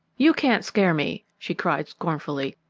you can't scare me, she cried scornfully,